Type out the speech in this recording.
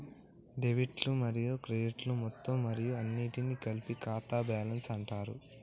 డెబిట్లు మరియు క్రెడిట్లు మొత్తం మరియు అన్నింటినీ కలిపి ఖాతా బ్యాలెన్స్ అంటరు